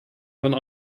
have